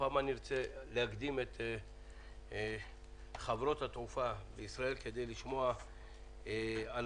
הפעם אני רוצה להקדים את חברות התעופה בישראל כדי לשמוע את המציאות,